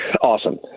awesome